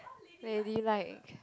baby like